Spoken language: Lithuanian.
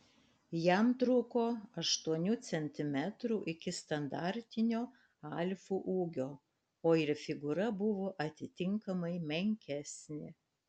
jam trūko aštuonių centimetrų iki standartinio alfų ūgio o ir figūra buvo atitinkamai menkesnė